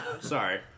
Sorry